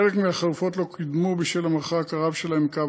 חלק מהחלופות לא קודמו בשל המרחק הרב שלהן מקו